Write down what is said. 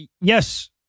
Yes